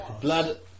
blood